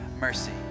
mercy